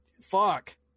fuck